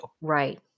Right